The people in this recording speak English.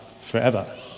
forever